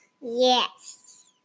Yes